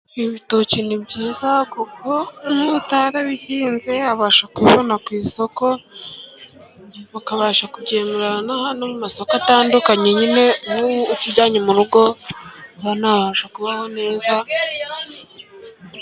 Ibitoki ni byiza kuko utarabihinze abasha kubibona ku isoko, ukabasha kubigemura n'ahandi mu masoko atandukanye, nyine nk'uwo utujyanye mu rugo, abana babasha kubaho neza.